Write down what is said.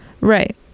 Right